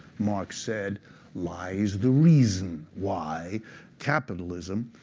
marx said lies the reason why capitalism,